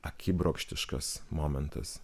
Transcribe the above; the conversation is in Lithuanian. akibrokštiškas momentas